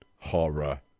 horror